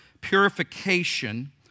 purification